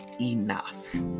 enough